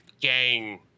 gang